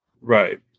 Right